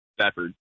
Stafford